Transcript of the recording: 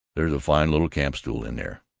there's a fine little camp-stool in there,